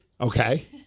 Okay